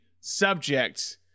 subject